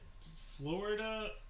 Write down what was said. Florida